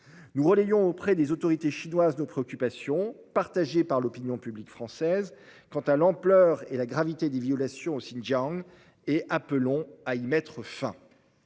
Nous relayons auprès des autorités chinoises nos préoccupations, partagées par l'opinion publique française, quant à l'ampleur et à la gravité des violations au Xinjiang, et appelons à y mettre fin.